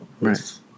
Right